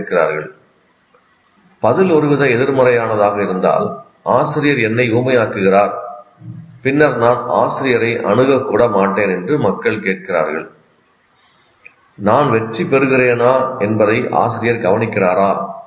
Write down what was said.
என்று கேட்கிறார்கள் பதில் ஒருவித எதிர்மறையானதாக இருந்தால் ஆசிரியர் என்னை ஊமையாக்குகிறார் பின்னர் நான் ஆசிரியரை அணுக கூட மாட்டேன் என்று மக்கள் கேட்கிறார்கள் 'நான் வெற்றி பெறுகிறேனா என்பதை ஆசிரியர் கவனிக்கிறாரா